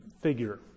figure